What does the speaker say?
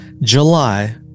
July